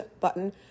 button